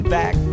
back